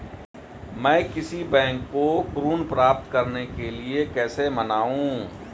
मैं किसी बैंक को ऋण प्राप्त करने के लिए कैसे मनाऊं?